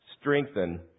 strengthen